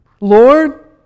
Lord